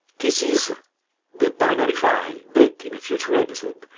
this is the binary file that, in a future episode,